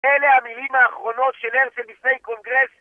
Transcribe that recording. אלה המילים האחרונות של הרצל בפני קונגרס